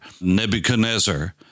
Nebuchadnezzar